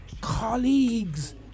colleagues